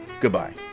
goodbye